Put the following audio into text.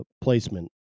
placement